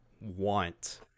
want